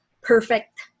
perfect